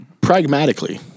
pragmatically